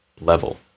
level